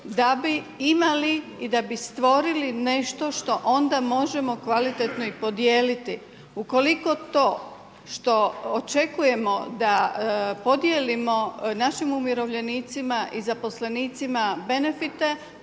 da bi imali i da bi stvorili nešto što onda možemo kvalitetno i podijeliti. Ukoliko to što očekujemo da podijelimo našim umirovljenicima i zaposlenicima benefite